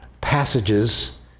passages